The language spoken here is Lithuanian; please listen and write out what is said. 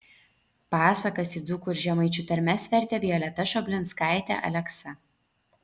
pasakas į dzūkų ir žemaičių tarmes vertė violeta šoblinskaitė aleksa